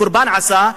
הקורבן עשה?